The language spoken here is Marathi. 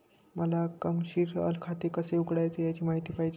मला कमर्शिअल खाते कसे उघडायचे याची माहिती पाहिजे